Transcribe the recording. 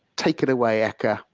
take it away eka.